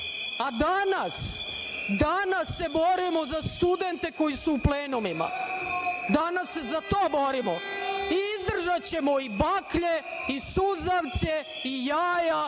a danas se borimo za studente koji su u plenumima, danas se za to borimo i izdržaćemo i baklje i suzavce i jaja